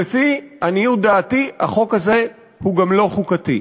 אמרתי שלפי עניות דעתי החוק הזה הוא גם לא חוקתי.